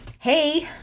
hey